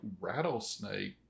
rattlesnake